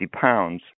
pounds